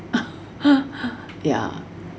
ya